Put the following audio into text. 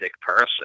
person